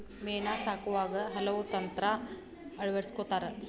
ಮೇನಾ ಸಾಕುವಾಗ ಹಲವು ತಂತ್ರಾ ಅಳವಡಸ್ಕೊತಾರ